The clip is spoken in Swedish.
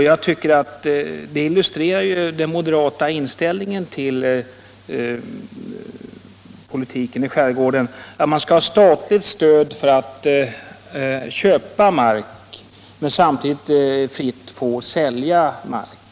Jag tycker att det illustrerar den moderata inställningen till politiken i skärgården att man skall ha statligt stöd för att köpa mark och att man samtidigt fritt skall få sälja mark.